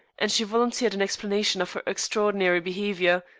and she volunteered an explanation of her extraordinary behavior.